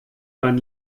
dein